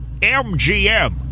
MGM